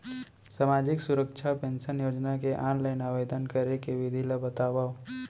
सामाजिक सुरक्षा पेंशन योजना के ऑनलाइन आवेदन करे के विधि ला बतावव